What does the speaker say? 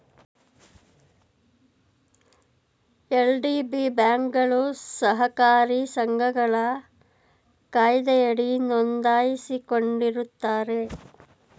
LDB ಬ್ಯಾಂಕ್ಗಳು ಸಹಕಾರಿ ಸಂಘಗಳ ಕಾಯ್ದೆಯಡಿ ನೊಂದಾಯಿಸಿಕೊಂಡಿರುತ್ತಾರೆ